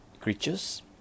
creatures